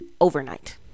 overnight